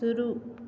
शुरू